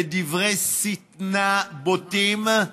בדברי שטנה בוטים.